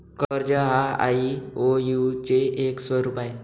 कर्ज हा आई.ओ.यु चे एक स्वरूप आहे